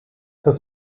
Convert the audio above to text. das